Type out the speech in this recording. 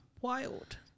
wild